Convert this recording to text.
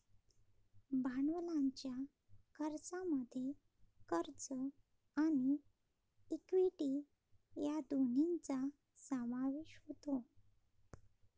भांडवलाच्या खर्चामध्ये कर्ज आणि इक्विटी या दोन्हींचा समावेश होतो